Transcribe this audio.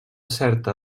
certa